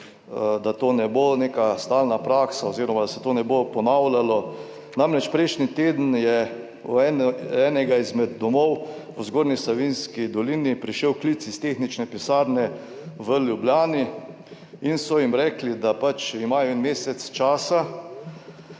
da to ne bo neka stalna praksa oziroma da se to ne bo ponavljalo. Namreč, prejšnji teden je v enega izmed domov v Zgornji Savinjski dolini prišel klic iz tehnične pisarne v Ljubljani in so jim rekli, da imajo en mesec časa,